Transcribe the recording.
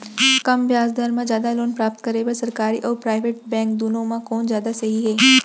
कम ब्याज दर मा जादा लोन प्राप्त करे बर, सरकारी अऊ प्राइवेट बैंक दुनो मा कोन जादा सही हे?